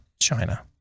China